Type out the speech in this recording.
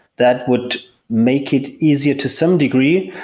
that would make it easier to some degree,